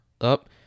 up